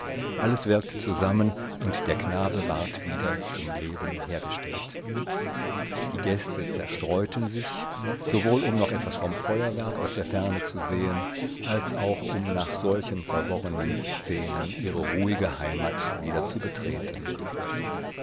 alles wirkte zusammen und der knabe ward wieder zum leben hergestellt die gäste zerstreuten sich sowohl um noch etwas vom feuerwerk aus der ferne zu sehen als auch um nach solchen verworrnen szenen ihre ruhige heimat wieder zu betreten